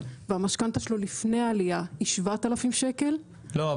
והמשכנתא שלו לפני העלייה היא 7,000 שקל --- לא,